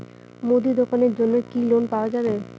মুদি দোকানের জন্যে কি লোন পাওয়া যাবে?